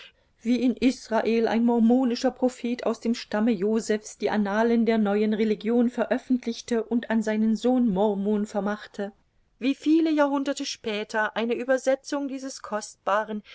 wie in israel ein mormonischer prophet aus dem stamme joseph's die annalen der neuen religion veröffentlichte und an seinen sohn morom vermachte wie viele jahrhunderte später eine uebersetzung dieses kostbaren